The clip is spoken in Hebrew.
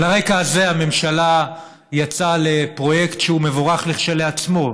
על הרקע הזה הממשלה יצאה לפרויקט שהוא מבורך כשלעצמו,